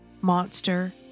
Monster